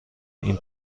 این